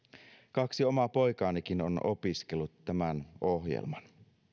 kaksi omaa poikaanikin on opiskellut tämän ohjelman